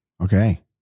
Okay